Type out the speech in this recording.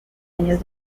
años